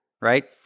Right